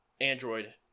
Android